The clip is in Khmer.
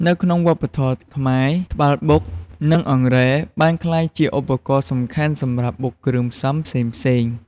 នៅក្នុងវប្បធម៌ខ្មែរ ត្បាល់បុក និងអង្រែបានក្លាយជាឧបករណ៍សំខាន់សម្រាប់បុកគ្រឿងផ្សំផ្សេងៗ ។